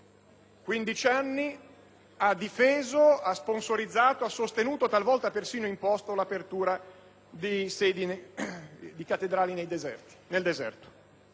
15 anni ha difeso, sponsorizzato, sostenuto e talvolta persino imposto l'apertura di cattedrali nel deserto.